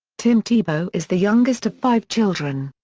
tim tebow is the youngest of five children.